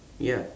ya